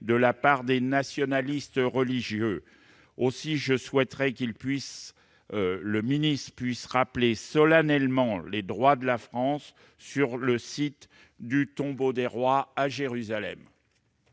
de la part des nationalistes religieux. Aussi, je souhaite que le ministre puisse rappeler solennellement les droits de la France sur le site du Tombeau des rois à Jérusalem.